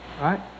right